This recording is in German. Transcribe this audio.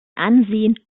ansehen